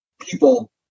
people